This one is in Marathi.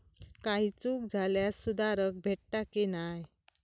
काही चूक झाल्यास सुधारक भेटता की नाय?